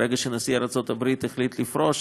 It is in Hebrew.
ברגע שנשיא ארצות הברית החליט לפרוש,